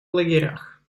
лагерях